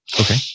Okay